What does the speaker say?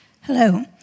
hello